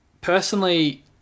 personally